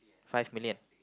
five million